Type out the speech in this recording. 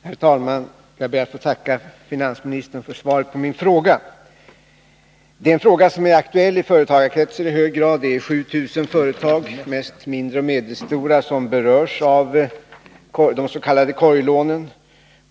Herr talman! Jag ber att få tacka finansministern för svaret på min fråga. Det är en fråga som är aktuell i företagarkretsar. Det är 7 000 företag, mest mindre och medelstora, som berörs av de s.k. korglånen.